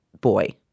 boy